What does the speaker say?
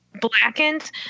blackened